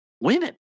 women